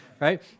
right